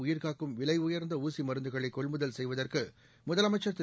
உயிர்காக்கும் விலை உயர்ந்த ஊசி மருந்துகளை கொள்முதல் செய்வதற்கு முதலமைச்சர் திரு